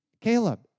Caleb